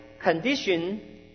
condition